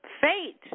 fate